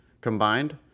combined